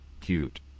cute